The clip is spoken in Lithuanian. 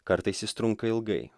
kartais jis trunka ilgai